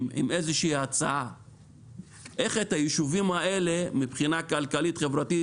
עם איזושהי הצעה איך את היישובים האלה מבחינה כלכלית-חברתית,